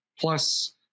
plus